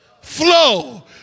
flow